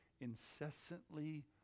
incessantly